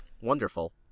wonderful